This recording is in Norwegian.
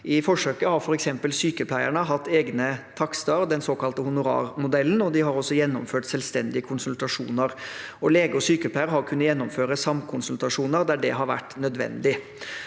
I forsøket har f.eks. sykepleierne hatt egne takster – den såkalte honorarmodellen – og de har også gjennomført selvstendige konsultasjoner. Leger og sykepleiere har kunnet gjennomføre samkonsultasjoner der det har vært nødvendig.